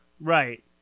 Right